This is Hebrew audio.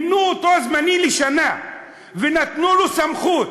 מינו אותו זמני, לשנה, ונתנו לו סמכות: